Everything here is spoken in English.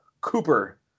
Cooper